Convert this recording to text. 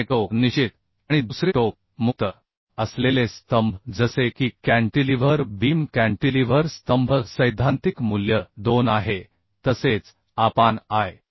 पुन्हा एक टोक निश्चित आणि दुसरे टोक मुक्त असलेले स्तंभ जसे की कॅन्टिलीव्हर बीम कॅन्टिलीव्हर स्तंभ सैद्धांतिक मूल्य 2 आहे तसेच आय